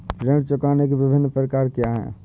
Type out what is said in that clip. ऋण चुकाने के विभिन्न प्रकार क्या हैं?